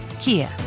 Kia